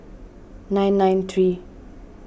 nine nine three